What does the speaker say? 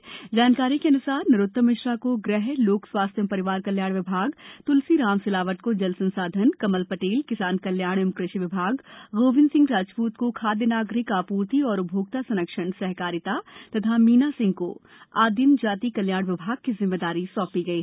आधिकारिक जानकारी के अन्सार नरोत्तम मिश्रा को गृह लोक स्वास्थ्य एवं परिवार कल्याण विभाग त्लसीराम सिलावट को जल संसाधन कमल पटेल किसान कल्याण एवं कृषि विभाग गोविंद्र सिंह राजपूत को खाद्य नागरिक आपूर्ति एवं उपभोक्ता संरक्षण सहकारिता तथा मीना सिंह को आदिम जाति कल्याण विभाग की जिम्मेदारी सौपी गयी